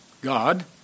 God